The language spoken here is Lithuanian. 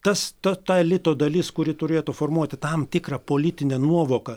tas ta ta elito dalis kuri turėtų formuoti tam tikrą politinę nuovoką